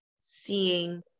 seeing